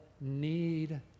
need